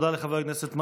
תודה לחבר הכנסת מעוז.